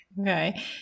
Okay